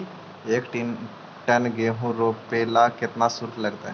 एक टन गेहूं रोपेला केतना शुल्क लगतई?